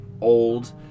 old